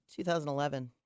2011